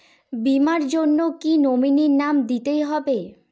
বীমার জন্য কি নমিনীর নাম দিতেই হবে?